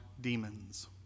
demons